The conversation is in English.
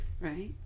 Right